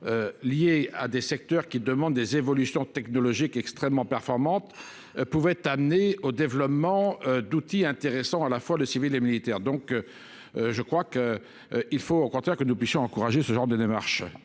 Liées à des secteurs qui demande des évolutions technologiques extrêmement performante. Pouvait amener au développement d'outils intéressants à la fois le civils et militaires donc. Je crois qu'. Il faut au contraire que nous puissions encourager ce genre de démarche